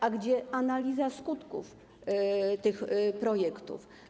A gdzie analiza skutków tych projektów?